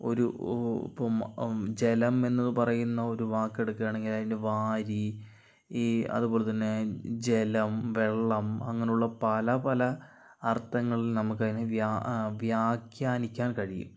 ഒരു ഇപ്പം ജലം എന്നത് പറയുന്ന ഒരു വാക്കെടുക്കാണെങ്കിൽ അതിൻ്റെ വാരി എ അതുപോലെത്തന്നെ ജലം വെള്ളം അങ്ങനെയുള്ള പല പല അർഥങ്ങൾ നമുക്കതിന് വ്യാഖ്യാനിക്കാൻ കഴിയും